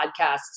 podcasts